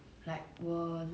mm